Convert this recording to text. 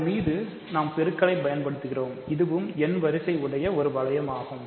அதன் மீது நாம் பெருக்கலை பயன்படுத்துகிறோம் இதுவும் n வரிசை உடைய ஒரு வளையமாகும்